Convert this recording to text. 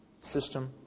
system